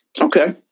Okay